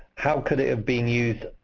how could it have been used.